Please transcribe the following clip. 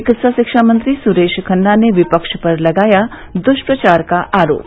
चिकित्सा शिक्षा मंत्री सुरेश खन्ना ने विपक्ष पर लगाया दुष्प्रचार का आरोप